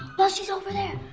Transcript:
while she's over there.